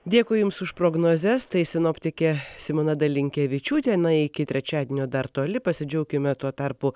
dėkui jums už prognozes tai sinoptikė simona dalinkevičiūtė na iki trečiadienio dar toli pasidžiaukime tuo tarpu